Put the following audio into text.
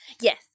Yes